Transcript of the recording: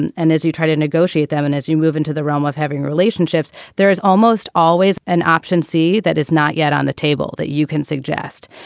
and and as you try to negotiate them and as you move into the realm of having relationships, there is almost always an option c that is not yet on the table that you can suggest.